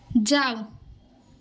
যাও